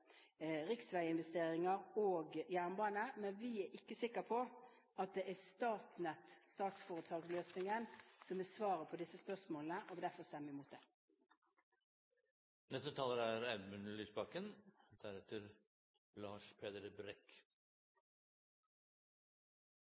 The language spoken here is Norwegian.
riksveiinvesteringer og jernbane, men vi er ikke sikre på at det er Statnett – statsforetaksløsningen – som er svaret på disse spørsmålene, og derfor stemmer vi imot